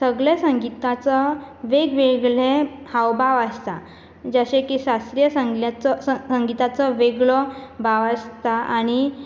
सगळे संगीताच्या वेग वेगळे हावभाव आसतात जशें की शास्त्रीय स संगीताचो वेगळो भाव आसता आनी